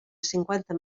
cinquanta